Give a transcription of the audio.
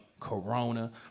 Corona